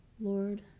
lord